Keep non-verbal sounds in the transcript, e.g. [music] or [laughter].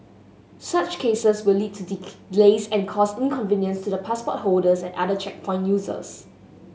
such cases will lead to [unintelligible] and cause inconvenience to the passport holders and other checkpoint users